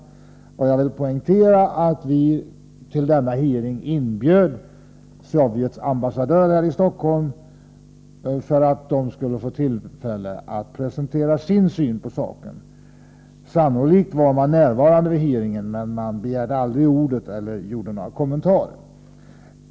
Jag vill poängtera att vi till denna hearing inbjöd Sovjets ambassadör här i Stockholm för att han skulle få tillfälle att presentera sin syn på saken. Sannolikt var man från den sovjetiska ambassaden närvarande vid hearingen, men man begärde aldrig ordet och gjorde inga kommentarer.